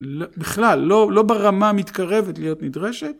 בכלל לא ברמה מתקרבת להיות נדרשת?